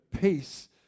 peace